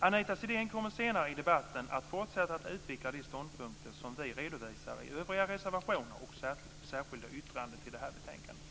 Anita Sidén kommer senare i debatten att fortsätta att utveckla de ståndpunkter som vi redovisar i övriga reservationer och särskilda yttranden till betänkandet.